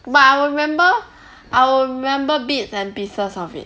but I will remember I will remember bits and pieces of it